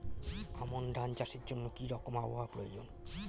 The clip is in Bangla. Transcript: আমন ধান চাষের জন্য কি রকম আবহাওয়া প্রয়োজন?